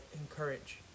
encourage